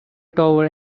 tower